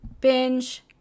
Binge